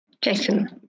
Jason